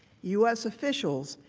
u s. officials,